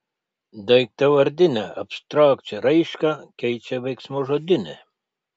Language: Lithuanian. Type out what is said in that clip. daiktavardinę abstrakčią raišką keičia veiksmažodinė